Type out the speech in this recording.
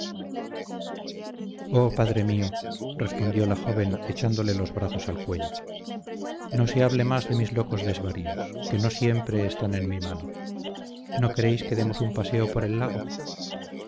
padre mío respondió la joven echándole los brazos al cuello no se hable más de mis locos desvaríos que no siempre están en mi mano no queréis que demos un paseo por el lago